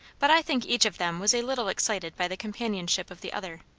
but i think each of them was a little excited by the companionship of the other.